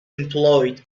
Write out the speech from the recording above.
employed